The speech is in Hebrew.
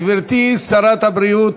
גברתי שרת הבריאות,